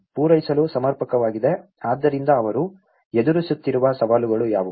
ಪೂರೈಸಲು ಸಮರ್ಪಕವಾಗಿದೆ ಆದ್ದರಿಂದ ಅವರು ಎದುರಿಸುತ್ತಿರುವ ಸವಾಲುಗಳು ಯಾವುವು